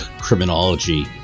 criminology